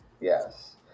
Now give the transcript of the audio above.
Yes